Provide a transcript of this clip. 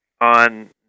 on